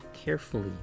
carefully